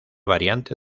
variante